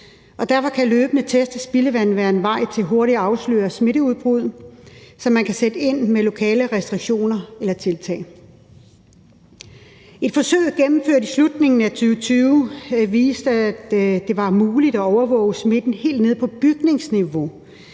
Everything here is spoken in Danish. derfor kan løbende test af spildevand være en vej til hurtigt at afsløre smitteudbrud, så man kan sætte ind med lokale restriktioner eller tiltag. Et forsøg gennemført i slutningen af 2020 viste, at det var muligt at overvåge smitten helt ned på bygningsniveau